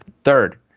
third